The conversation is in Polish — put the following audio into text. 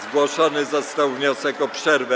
Zgłoszony został wniosek o przerwę.